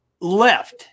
left